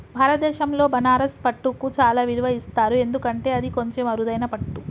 భారతదేశంలో బనారస్ పట్టుకు చాలా విలువ ఇస్తారు ఎందుకంటే అది కొంచెం అరుదైన పట్టు